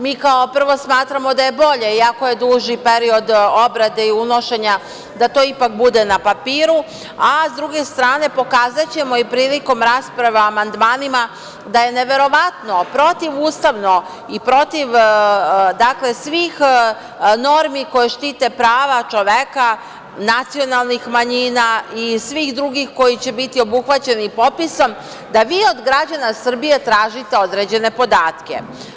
Mi kao prvo, smatramo da je bolje, i ako je duži period obrade i unošenja, da to bude na papiru, a sa druge strane, pokazaćemo i prilikom rasprava amandmanima, da je neverovatno, protiv ustavno i protiv svih normi koje štite prava čoveka, nacionalnih manjina i svih drugih koji će biti obuhvaćeni popisom, da vi od građana Srbije tražite određene podatke.